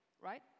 right